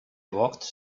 walked